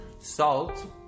salt